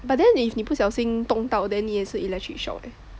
but then if 你不小心动到 then 你也是 electric shock